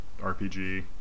RPG